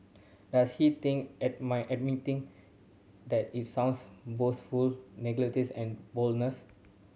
does he think admire admitting that it sounds boastful negates and